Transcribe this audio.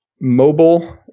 mobile